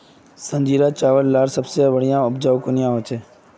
संजीरा चावल लार सबसे अच्छा उपजाऊ कुनियाँ होचए?